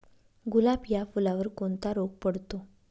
गुलाब या फुलावर कोणता रोग पडतो?